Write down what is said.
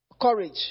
courage